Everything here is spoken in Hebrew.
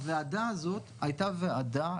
הוועדה הזאת הייתה ועדה,